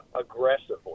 aggressively